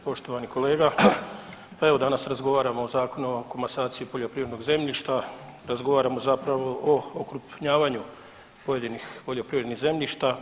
Poštovani kolega, evo danas razgovaramo o Zakonu o komasaciji poljoprivrednog zemljišta, razgovaramo zapravo o okrupnjavanju pojedinih poljoprivrednih zemljišta.